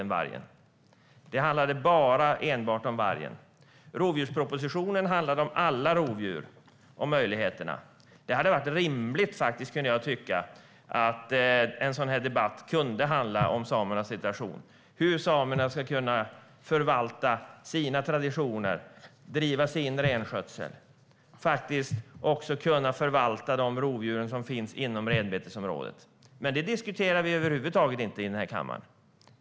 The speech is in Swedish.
Hans anförande handlade bara om vargen. Rovdjurspropositionen handlar om alla rovdjur och om möjligheter. Det hade varit rimligt att en sådan här debatt kunde handla om samernas situation - hur samerna ska kunna förvalta sina traditioner, driva sin renskötsel och också kunna förvalta de rovdjur som finns inom renbetesområdet - men det diskuterar vi över huvud taget inte i den här kammaren.